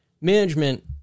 management